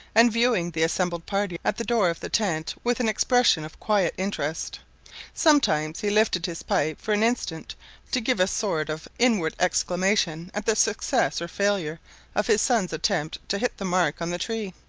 and viewing the assembled party at the door of the tent with an expression of quiet interest sometimes he lifted his pipe for an instant to give a sort of inward exclamation at the success or failure of his sons' attempts to hit the mark on the tree.